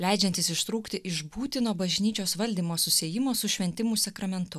leidžiantis ištrūkti iš būtino bažnyčios valdymo susiejimo su šventimų sakramentu